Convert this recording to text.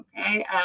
Okay